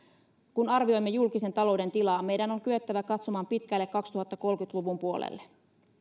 kun arvioimme julkisen talouden tilaa meidän on kyettävä katsomaan pitkälle kaksituhattakolmekymmentä luvun puolelle